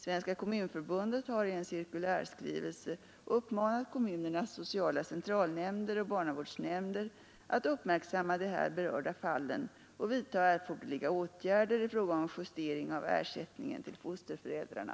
Svenska kommunförbundet har i en cirkulärskrivelse uppmanat kommunernas sociala centralnämnder och barnavårdsnämnder att uppmärksamma de här berörda fallen och vidta erforderliga åtgärder i fråga om justering av ersättningen till fosterföräldrarna.